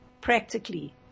Practically